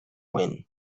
when